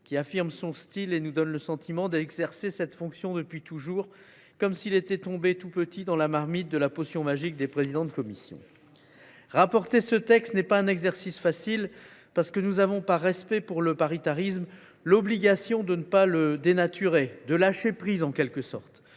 affirme son style et nous donne le sentiment d’exercer cette fonction depuis toujours, comme s’il était tombé tout petit dans la marmite de la potion magique des présidents de commission. Rapporter ce texte n’est pas un exercice facile, parce que nous avons l’obligation de ne pas le dénaturer, par respect pour le